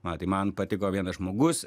va tai man patiko vienas žmogus